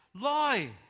lie